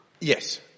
Yes